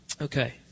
Okay